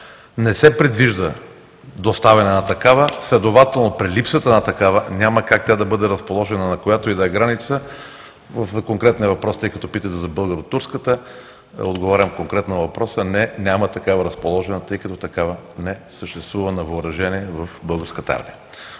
не се предвижда доставяне на такава, следователно при липсата на такава няма как тя да бъде разположена, на която и да е граница. За конкретния въпрос, тъй като питате за българо-турската – отговарям конкретно на въпроса – не, няма такава разположена, тъй като такава не съществува на въоръжение в Българската